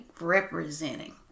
representing